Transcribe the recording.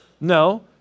No